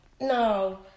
no